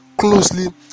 closely